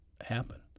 happen